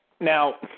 Now